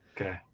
Okay